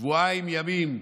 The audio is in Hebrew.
שבועיים ימים.